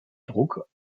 druck